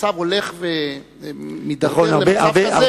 המצב הולך ומידרדר למצב כזה, נכון.